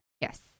Yes